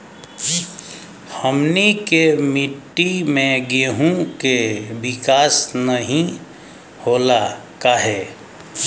हमनी के मिट्टी में गेहूँ के विकास नहीं होला काहे?